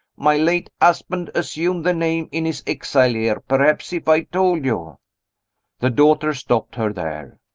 my late husband assumed the name in his exile here. perhaps, if i told you the daughter stopped her there.